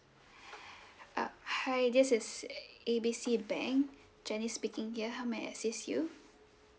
uh hi this uh A B C bank jenny speaking here how may I assist you